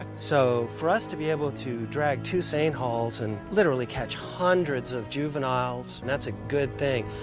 so, for us to be able to drag two seine hauls and literally catch hundreds of juveniles, that's a good thing.